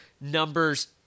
numbers